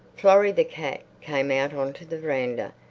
florrie, the cat, came out on to the veranda,